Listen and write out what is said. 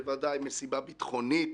בוודאי מסיבה ביטחונית